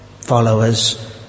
followers